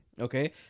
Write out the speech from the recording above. Okay